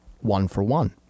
one-for-one